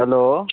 hello